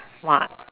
!wah!